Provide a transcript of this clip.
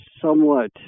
somewhat